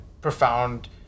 profound